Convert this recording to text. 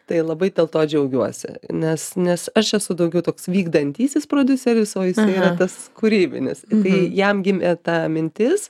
tai labai dėl to džiaugiuosi nes nes aš esu daugiau toks vykdantysis prodiuseris o jisai yra tas kūrybinis tai jam gimė ta mintis